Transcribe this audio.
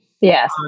Yes